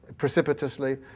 precipitously